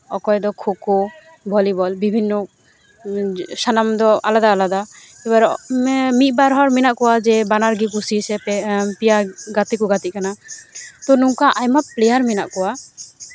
ᱚᱠᱚᱭ ᱫᱚ ᱠᱷᱳᱸ ᱠᱷᱳᱸ ᱵᱷᱚᱞᱤᱵᱚᱞ ᱥᱟᱱᱟᱢ ᱫᱚ ᱟᱞᱟᱫᱟ ᱟᱞᱟᱫᱟ ᱮᱵᱟᱨ ᱢᱤᱫ ᱵᱟᱨ ᱦᱚᱲ ᱢᱮᱱᱟᱜ ᱠᱚᱣᱟ ᱡᱮ ᱵᱟᱱᱟᱮ ᱜᱮ ᱠᱩᱥᱤ ᱥᱮ ᱯᱮᱭᱟ ᱜᱟᱛᱮ ᱠᱚ ᱜᱟᱛᱮᱜ ᱠᱟᱱᱟ ᱛᱳ ᱱᱚᱝᱠᱟ ᱟᱭᱢᱟ ᱯᱞᱮᱭᱟᱨ ᱢᱮᱱᱟᱜ ᱠᱚᱣᱟ